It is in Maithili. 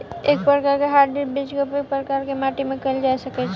एके प्रकार केँ हाइब्रिड बीज केँ उपयोग हर प्रकार केँ माटि मे कैल जा सकय छै?